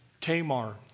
Tamar